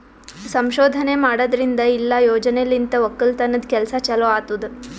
ಸಂಶೋಧನೆ ಮಾಡದ್ರಿಂದ ಇಲ್ಲಾ ಯೋಜನೆಲಿಂತ್ ಒಕ್ಕಲತನದ್ ಕೆಲಸ ಚಲೋ ಆತ್ತುದ್